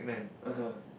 (uh huh)